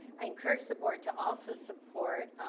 i encourage the board to also support,